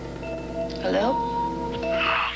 Hello